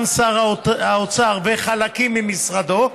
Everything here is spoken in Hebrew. גם שר האוצר וחלקים ממשרדו,